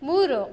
ಮೂರು